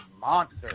monster